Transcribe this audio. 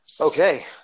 Okay